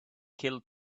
killed